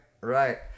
right